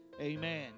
Amen